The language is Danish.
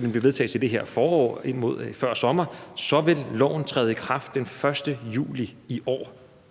vil det ske i det her forår, før sommeren, og så vil loven træde i kraft den 1. juli i år.